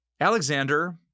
Alexander